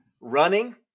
running